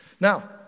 Now